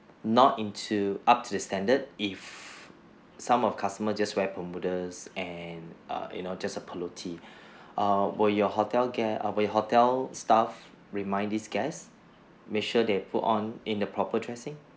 not into up to the standard if some of customer just wear perimedes and uh you know just a polo T err will your hotel gues~ err will your hotel staff remind these guests make sure they put on in the proper dressing